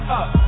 up